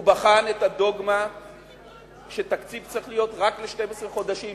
הוא בחן את הדוגמה שתקציב צריך להיות רק ל-12 חודשים,